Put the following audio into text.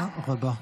תודה רבה.